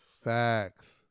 Facts